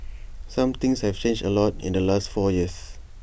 some things have changed A lot in the last four years